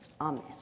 Amen